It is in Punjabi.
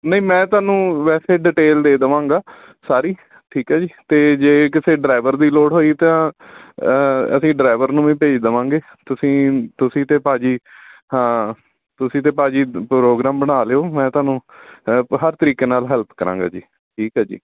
ਨਹੀਂ ਮੈਂ ਤੁਹਾਨੂੰ ਵੈਸੇ ਡਿਟੇਲ ਦੇ ਦੇਵਾਂਗਾ ਸਾਰੀ ਠੀਕ ਹੈ ਜੀ ਅਤੇ ਜੇ ਕਿਸੇ ਡਰਾਈਵਰ ਦੀ ਲੋੜ ਹੋਈ ਤਾਂ ਅਸੀਂ ਡਰਾਈਵਰ ਨੂੰ ਵੀ ਭੇਜ ਦੇਵਾਂਗੇ ਤੁਸੀਂ ਤੁਸੀਂ ਅਤੇ ਭਾਅ ਜੀ ਹਾਂ ਤੁਸੀਂ ਤਾਂ ਭਾਅ ਜੀ ਪ੍ਰੋਗਰਾਮ ਬਣਾ ਲਿਓ ਮੈਂ ਤੁਹਾਨੂੰ ਹੈਲਪ ਹਰ ਤਰੀਕੇ ਨਾਲ ਹੈਲਪ ਕਰਾਂਗਾ ਜੀ ਠੀਕ ਆ ਜੀ